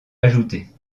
ajoutées